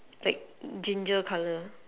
like ginger colour